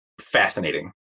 fascinating